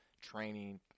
training